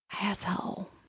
Asshole